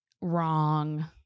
wrong